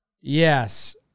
Yes